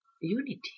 unity